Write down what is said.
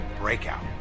Breakout